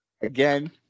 Again